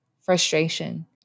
frustration